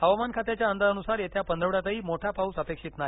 हवामान खात्याच्या अंदाजानुसार येत्या पंधरवड्यातही मोठा पाऊस अपेक्षित नाही